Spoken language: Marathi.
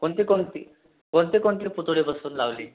कोणती कोणती कोणते कोणते पुतळे बसवून लावली